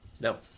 No